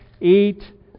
eat